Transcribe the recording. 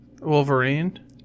Wolverine